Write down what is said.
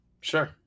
Sure